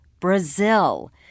Brazil